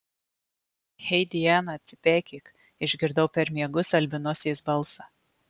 hei diana atsipeikėk išgirdau per miegus albinosės balsą